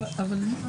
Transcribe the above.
אבל למה?